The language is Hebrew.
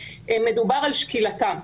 מדובר על שקילתה.